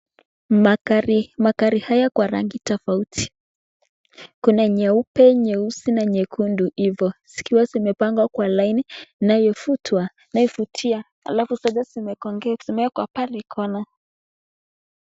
Magari haya kwa rangi tofauti kuna nyeupe, nyeusi na nyekundu hivyo zikiwa zimepangwa kwa laini inayovutia alafu zote zimewekwa pahali corner .